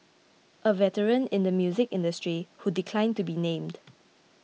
a veteran in the music industry who declined to be named